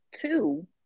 Two